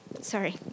Sorry